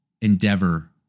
endeavor